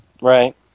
right